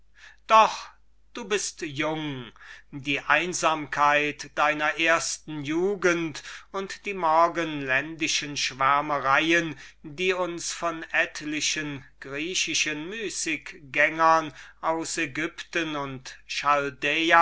doch du bist jung die einsamkeit deiner ersten jugend und die morgenländischen schwärmereien die etliche griechische müßiggänger von den egyptern und